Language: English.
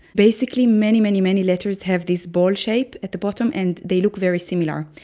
basically, many many many letters have this bowl shape at the bottom and they look very similar.